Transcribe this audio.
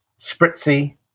spritzy